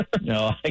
No